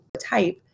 type